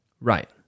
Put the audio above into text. Right